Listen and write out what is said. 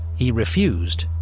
he refused,